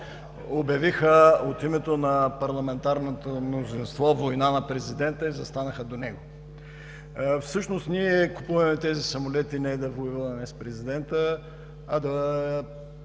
обявиха от името на парламентарното мнозинство война на президента и застанаха до него. Всъщност ние купуваме тези самолети не да воюваме с президента, а да